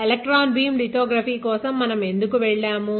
electron beam lithography కోసం మనం ఎందుకు వెళ్ళాము